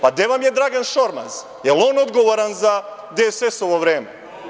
Pa gde vam je Dragan Šormaz, da li je on odgovoran za DSS-ovo vreme?